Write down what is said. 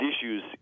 issues